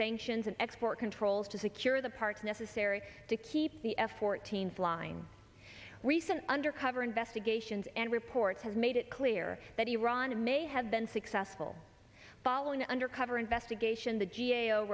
sanctions and export controls to secure the parts necessary to keep the f fourteen flying recent undercover investigations and reports has made it clear that iran may have been successful following undercover investigation the g a o